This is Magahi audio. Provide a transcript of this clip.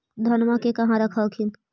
धनमा के कहा रख हखिन?